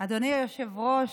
אדוני היושב-ראש,